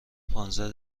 پانزده